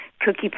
cookie